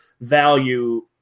value